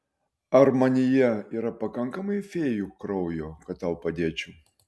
ar manyje yra pakankamai fėjų kraujo kad tau padėčiau